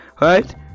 right